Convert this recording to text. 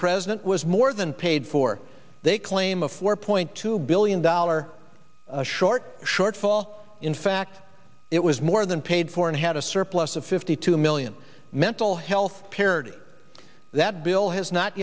president was more than paid for they claim a four point two billion dollar short shortfall in fact it was more than paid for and had a surplus of fifty two million mental health parity that bill has not